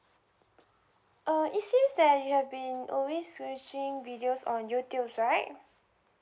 uh it seems that you have been always switching videos on Youtube right